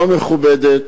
לא מכובדת,